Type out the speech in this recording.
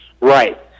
Right